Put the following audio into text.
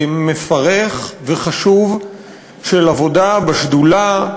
מפרך וחשוב של עבודה בשדולה,